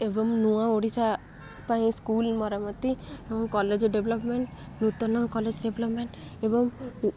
ଏବଂ ନୂଆ ଓଡ଼ିଶା ପାଇଁ ସ୍କୁଲ୍ ମରାମତି କଲେଜ୍ ଡେଭଲପମେଣ୍ଟ ନୂତନ କଲେଜ୍ ଡେଭଲପମେଣ୍ଟ୍ ଏବଂ